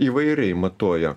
įvairiai matuoja